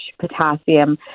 potassium